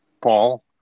Paul